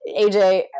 AJ